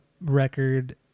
record